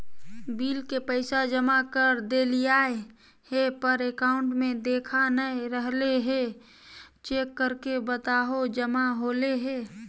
Bill के पैसा जमा कर देलियाय है पर अकाउंट में देखा नय रहले है, चेक करके बताहो जमा होले है?